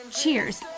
cheers